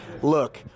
Look